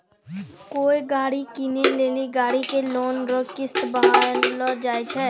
कोय गाड़ी कीनै लेली गाड़ी के लोन रो किस्त बान्हलो जाय छै